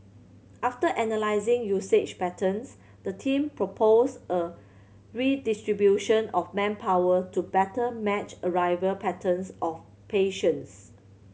after analysing usage patterns the team proposed a redistribution of manpower to better match arrival patterns of patients